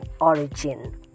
origin